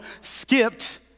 skipped